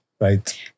right